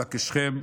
אבקשכם,